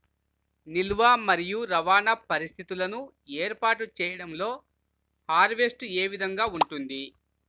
నిల్వ మరియు రవాణా పరిస్థితులను ఏర్పాటు చేయడంలో హార్వెస్ట్ ఏ విధముగా ఉంటుంది?